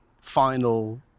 final